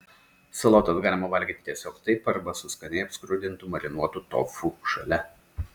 salotas galima valgyti tiesiog taip arba su skaniai apskrudintu marinuotu tofu šalia